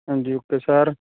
ਹਾਂਜੀ okay sir